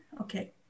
Okay